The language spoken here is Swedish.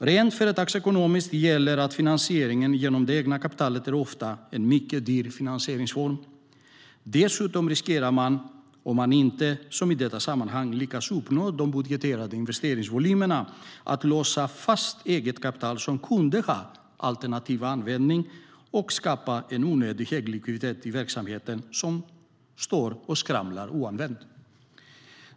Rent företagsekonomiskt gäller att finansiering genom det egna kapitalet ofta är en mycket dyr finansieringsform. Dessutom riskerar man - om man inte, som i detta sammanhang, lyckas uppnå de budgeterade investeringsvolymerna - att låsa fast eget kapital som kunde ha alternativ användning och skapa en onödigt hög likviditet i verksamheten som står och skramlar oanvänd.